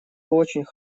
очень